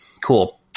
Cool